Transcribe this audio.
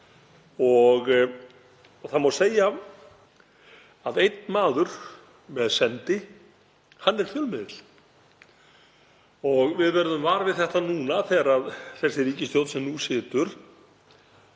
Það má segja að einn maður með sendi sé fjölmiðill. Við verðum vör við þetta núna þegar sú ríkisstjórn sem nú situr